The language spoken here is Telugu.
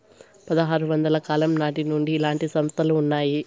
పదహారు వందల కాలం నాటి నుండి ఇలాంటి సంస్థలు ఉన్నాయి